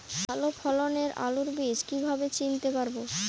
ভালো ফলনের আলু বীজ কীভাবে চিনতে পারবো?